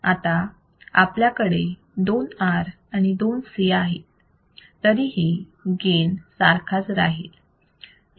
आता आपल्याकडे दोन R आणि दोन C आहेत तरीही गेन सारखाच राहील